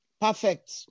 perfect